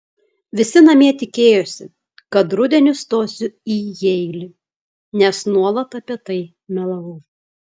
visi namie tikėjosi kad rudenį stosiu į jeilį nes nuolat apie tai melavau